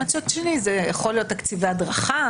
מצד שני זה יכול להיות תקציבי הדרכה,